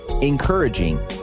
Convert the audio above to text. encouraging